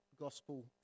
gospel